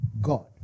God